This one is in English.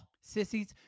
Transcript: Sissies